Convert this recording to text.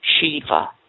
Shiva